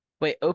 Wait